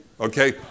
okay